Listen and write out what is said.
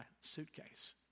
suitcase